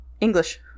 English